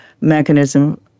mechanism